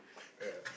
ya